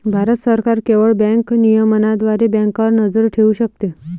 भारत सरकार केवळ बँक नियमनाद्वारे बँकांवर नजर ठेवू शकते